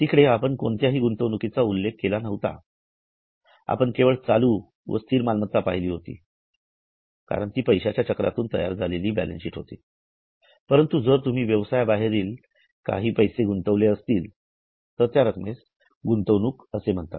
तिकडे आपण कोणत्याही गुंतवणूकीचा उल्लेख केलेला नव्हता आपण केवळ चालू व स्थिर मालमत्ता पाहिली होती कारण ती पैशाच्या चक्रातून तयार झालेली बॅलन्स शीट होती परंतु जर तुम्ही व्यवसाया बाहेर काही पैसे गुंतविले असतील तर त्या रक्कमेस गुंतवणूक म्हणतात